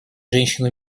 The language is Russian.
женщины